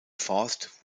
forst